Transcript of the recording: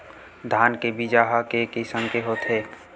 धान के बीजा ह के किसम के होथे?